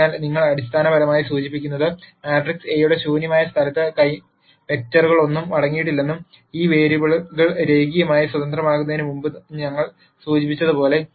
അതിനാൽ ഇത് അടിസ്ഥാനപരമായി സൂചിപ്പിക്കുന്നത് മാട്രിക്സ് എ യുടെ ശൂന്യമായ സ്ഥലത്ത് വെക്റ്ററുകളൊന്നും അടങ്ങിയിട്ടില്ലെന്നും ഈ വേരിയബിളുകൾ രേഖീയമായി സ്വതന്ത്രമാകുന്നതിന് മുമ്പ് ഞങ്ങൾ സൂചിപ്പിച്ചതുപോലെ